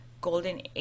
golden